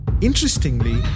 Interestingly